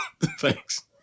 thanks